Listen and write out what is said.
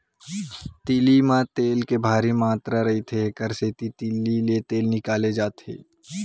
तिली म तेल के भारी मातरा रहिथे, एकर सेती तिली ले तेल निकाले जाथे